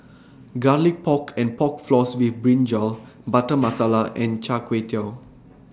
Garlic Pork and Pork Floss with Brinjal Butter Masala and Chai Tow Kuay